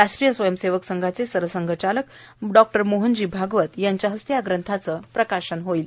राष्ट्रीय स्वयंसेवक संघाचे सरसंघचालक मोहनजी आगवत यांच्या हस्ते या ग्रंथाचे प्रकाशन होईल